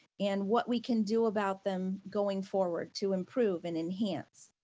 and what we can do about them going forward to improve and enhance.